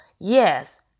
yes